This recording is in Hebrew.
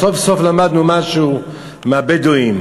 סוף-סוף למדנו משהו מהבדואים,